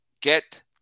get